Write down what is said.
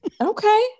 Okay